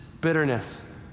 bitterness